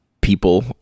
people